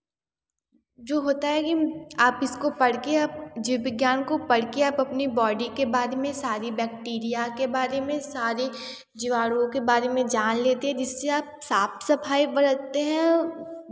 जो होता है की आप इसको पढ़कर आप जीव विज्ञान को पढ़कर आप अपनी बॉडी के बारे में सारी बैक्टीरिआ के बारे में सारे जीवाणुओं के बारे में जान लेते हैं जिससे आप साफ़ सफाई बरतते हैं